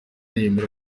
yemeza